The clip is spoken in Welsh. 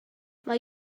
mae